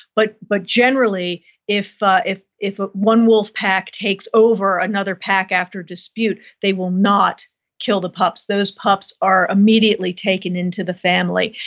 but but generally if if ah one wolf pack takes over another pack after dispute, they will not kill the pups. those pups are immediately taken into the family.